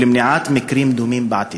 ולמניעת מקרים דומים בעתיד?